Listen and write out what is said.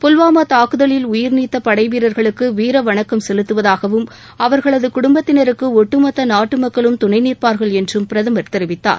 புல்வாமா தாக்குதலில் உயிா் நீத்த படை வீரா்களுக்கு வீர வணக்கம் செலுத்துவதாகவும் அவர்களது குடும்பத்தினருக்கு குட்டுமொத்த நாட்டு மக்களும் துணை நிற்பாா்கள் என்றும் பிரதமர் தெரிவித்தார்